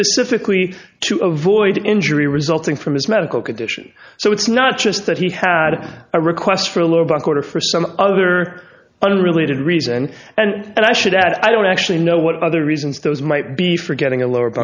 specifically to avoid injury resulting from his medical condition so it's not just that he had a request for a little buck or for some other unrelated reason and i should add i don't actually know what other reasons those might be for getting a lower